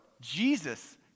Jesus